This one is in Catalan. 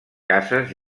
cases